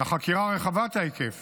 רחבת ההיקף